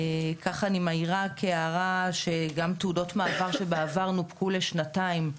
ככה אני מעירה כהערה שגם תעודות מעבר שבעבר נופקו לשנתיים,